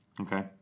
okay